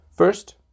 First